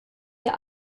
der